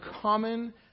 common